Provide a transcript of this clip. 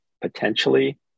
potentially